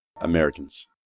Americans